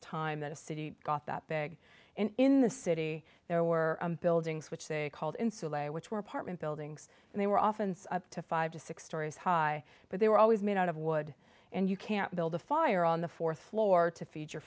time that a city got that big in the city there were buildings which they called insulate which were apartment buildings and they were often up to five to six storeys high but they were always made out of wood and you can't build a fire on the fourth floor to feed your